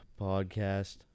Podcast